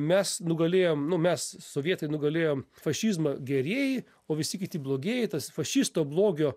mes nugalėjom nu mes sovietai nugalėjom fašizmą gerieji o visi kiti blogieji tas fašisto blogio